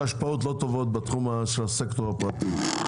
השפעות לא טובות בתחום של הסקטור הפרטי.